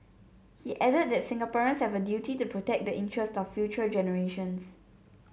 he added that Singaporeans have a duty to protect the interest of future generations